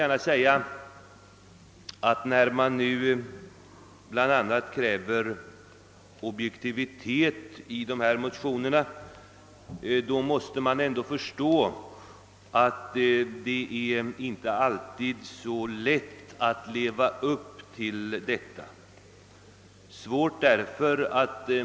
Men när det i motionerna bl.a. krävs objektivitet får väl motionärerna inse att det inte alltid är så lätt att leva upp till idealet.